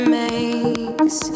makes